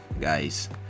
guys